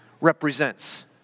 represents